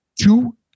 two